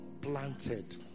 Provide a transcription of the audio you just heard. planted